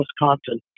Wisconsin